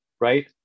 right